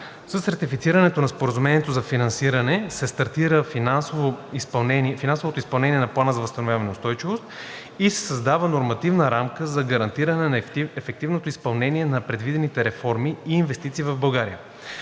С ратифицирането на Споразумението за финансиране се стартира финансовото изпълнение на Плана за възстановяване и устойчивост и се създава нормативна рамка за гарантиране на ефективното изпълнение на предвидените реформи и инвестиции в България,